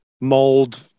mold